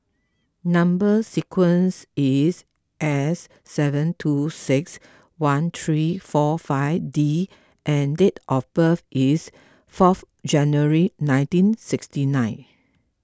Number Sequence is S seven two six one three four five D and date of birth is fourth January nineteen sixty nine